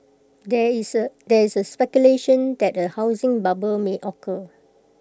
there is there is A speculation that A housing bubble may occur